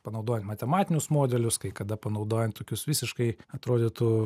panaudojant matematinius modelius kai kada panaudojant tokius visiškai atrodytų